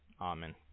amen